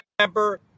remember